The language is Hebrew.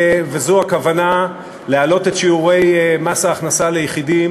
וזו הכוונה להעלות את שיעורי מס ההכנסה ליחידים